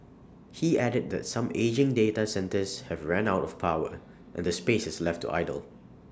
he added that some aging data centres have ran out of power and the space is left to idle